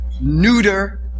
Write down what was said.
neuter